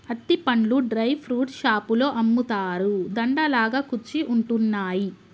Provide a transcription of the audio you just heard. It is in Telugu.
అత్తి పండ్లు డ్రై ఫ్రూట్స్ షాపులో అమ్ముతారు, దండ లాగా కుచ్చి ఉంటున్నాయి